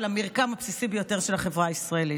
המרקם הבסיסי ביותר של החברה הישראלית.